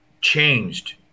changed